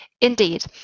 Indeed